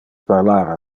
parlar